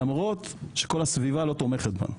למרות שכל הסביבה לא תומכת בנו.